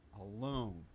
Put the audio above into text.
alone